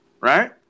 right